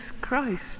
Christ